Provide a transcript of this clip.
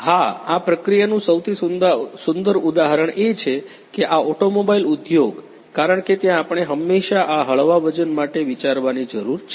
હા આ પ્રક્રિયાનું સૌથી સુંદર ઉદાહરણ એ છે કે આ ઓટોમોબાઈલ ઉદ્યોગ કારણ કે ત્યાં આપણે હંમેશા આ હળવા વજન માટે વિચારવાની જરૂર છે